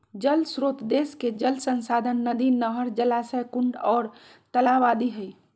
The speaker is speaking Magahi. जल श्रोत देश के जल संसाधन नदी, नहर, जलाशय, कुंड आर तालाब आदि हई